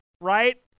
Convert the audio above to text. right